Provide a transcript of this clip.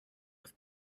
with